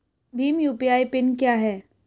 Bhim UPI PIN क्या है?